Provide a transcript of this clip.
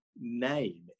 name